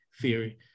theory